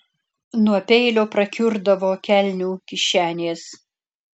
nuo peilio prakiurdavo kelnių kišenės